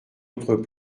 autres